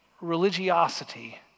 religiosity